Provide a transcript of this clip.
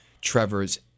trevor's